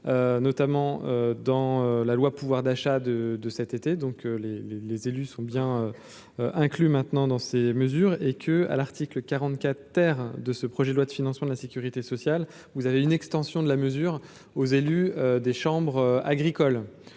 notamment dans la loi, pouvoir d'achat de de cet été, donc les, les, les élus sont bien inclus maintenant dans ces mesures et que, à l'article 44, terre de ce projet de loi de financement de la Sécurité sociale, vous avez une extension de la mesure aux élus des chambres agricoles,